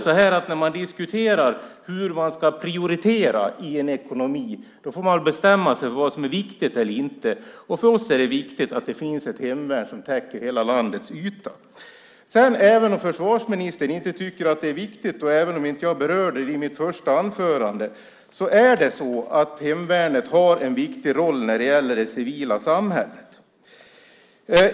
När man diskuterar hur man ska prioritera i en ekonomi får man bestämma sig för vad som är viktigt eller inte. För oss är det viktigt att det finns ett hemvärn som täcker hela landets yta. Även om försvarsministern inte tycker att det är viktigt och även om jag inte berörde det i mitt första anförande, har hemvärnet en viktig roll i det civila samhället.